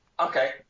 Okay